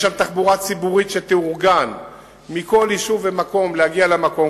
תהיה שם תחבורה ציבורית שתאורגן מכל יישוב ומקום להגיע למקום,